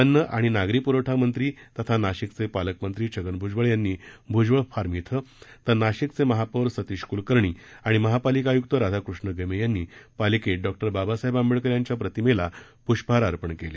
अन्न आणि नागरी पूरवठा मंत्री तथा नाशिकचे पालकमंत्री छगन भूजबळ यांनी भूजबळ फार्म इथं तर नाशिकचे महापौर सतीश कुलकर्णी आणि महापालिका आयुक्त राधाकृष्ण गमे यांनी पालिकेत डॉ बाबासाहेब आंबेडकर यांच्या प्रतिमेला पुष्पहार अर्पण केले